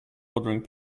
ordering